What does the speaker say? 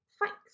Thanks